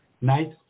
night